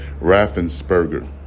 Raffensperger